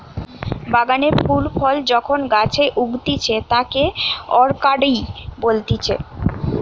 বাগানে ফুল ফল যখন গাছে উগতিচে তাকে অরকার্ডই বলতিছে